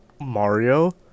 mario